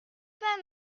pas